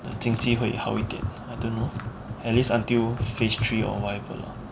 经济会好一点 I don't know at least until the phase three or whatever lah